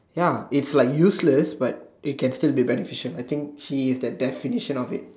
ya it's like useless but it can still be beneficial I think she's the definition of it